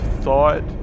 thought